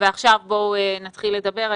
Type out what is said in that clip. ועכשיו בואו נתחיל לדבר.